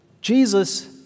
Jesus